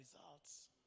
results